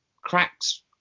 cracks